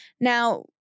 Now